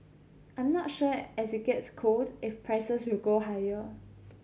I'm not sure as it gets cold if prices will go higher